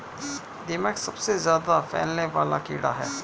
दीमक सबसे ज्यादा फैलने वाला कीड़ा है